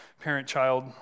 parent-child